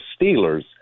Steelers